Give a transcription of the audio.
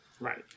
Right